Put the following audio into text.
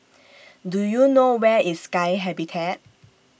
Do YOU know Where IS Sky Habitat